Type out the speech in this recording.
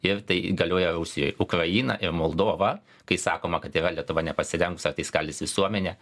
ir tai galioja rusijoj ukraina ir moldova kai sakoma kad yra lietuva nepasirengus ar tai skaldys visuomenę